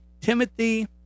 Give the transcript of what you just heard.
Timothy